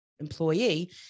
employee